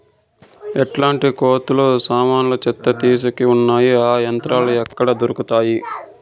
ఎట్లాంటి కోతలు సామాన్లు చెత్త తీసేకి వున్నాయి? ఆ యంత్రాలు ఎక్కడ దొరుకుతాయి?